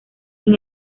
sin